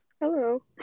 Hello